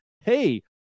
hey